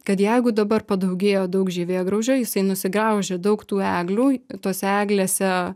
kad jeigu dabar padaugėjo daug žievėgraužio jisai nusigraužė daug tų eglių tose eglėse